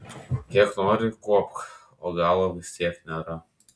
kiek nori kuopk o galo vis tiek nėra